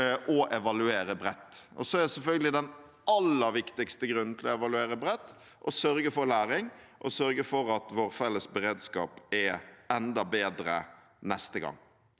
å evaluere bredt. Så er selvfølgelig den aller viktigste grunnen til å evaluere bredt å sørge for læring og sørge for at vår felles beredskap er enda bedre neste gang.